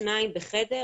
שניים בחדר,